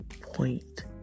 point